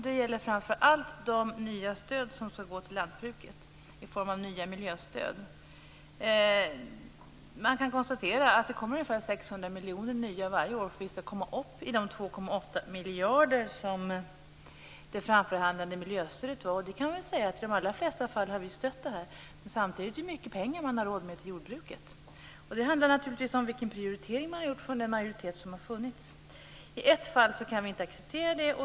Det gäller framför allt de nya stöd som skall gå till lantbruket i form av nya miljöstöd. Det kommer ungefär 600 nya miljoner varje år för att vi skall komma upp i de 2,8 miljarder som det framförhandlade miljöstödet är. I de allra flesta fall har vi stött detta. Men samtidigt är det mycket pengar man har råd med till jordbruket. Det handlar naturligtvis om vilken prioritering som majoriteten har gjort. I ett fall kan vi inte acceptera detta.